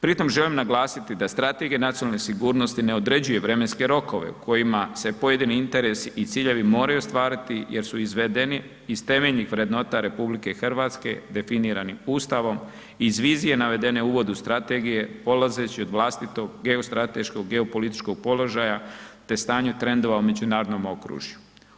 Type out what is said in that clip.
Pri tom želim naglasiti da strategije nacionalne sigurnosti ne određuje vremenske rokove u kojima se pojedini interesi i ciljevi moraju ostvariti jer su izvedeni iz temeljnih vrednota RH definiranim Ustavom, iz vizije navedene u uvodu strategije polazeći od vlastitog geostrateškog, geopolitičkog položaja, te stanju trendova u međunarodnom okružju.